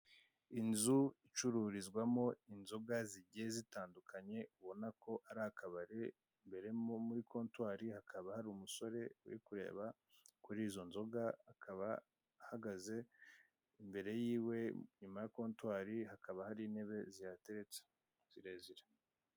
Inzu icururizwamo inzoga zigiye zitandukanye, ubonako ari akabari imbere mo muri kontwari hakaba hari umusore uri kureba kuri izo nzoga, akaba ahagaze imbere yiwe inyuma ya contwari hakaba hari intebe zihateretse zirezire.